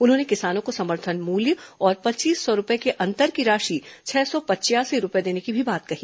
उन्होंने किसानों को समर्थन मूल्य और पच्चीस सौ रूपये के अंतर की राशि छह सौ पचयासी रूपये देने की भी बात कही